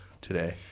today